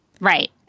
Right